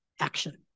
action